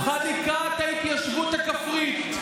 הוא חניקת ההתיישבות הכפרית.